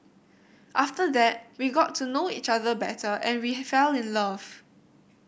after that we got to know each other better and we have fell in love